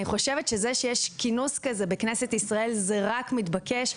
אני חושבת שזה שיש כינוס כזה בכנסת ישראל זה רק מתבקש,